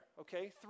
okay